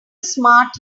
smart